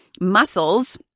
muscles